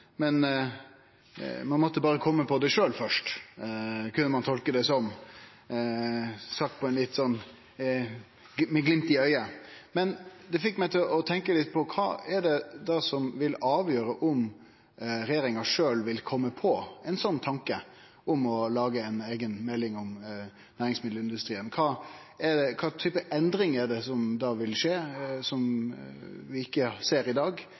ein må berre kome på det sjølv først, kunne ein tolke det som – sagt med litt glimt i auget. Det fekk meg til å tenkje litt på kva det er som vil avgjere om regjeringa sjølv vil kome på ein tanke om å lage ei eiga melding om næringsmiddelindustrien. Kva type endringar er det som da vil skje som vi ikkje ser i dag?